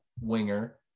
winger